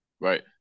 right